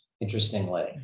Interestingly